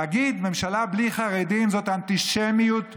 להגיד ממשלה בלי חרדים זאת אנטישמיות ברורה.